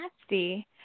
nasty